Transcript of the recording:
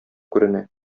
күренә